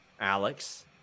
Alex